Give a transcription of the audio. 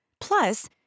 Plus